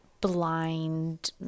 blind